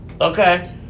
Okay